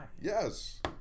Yes